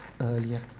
earlier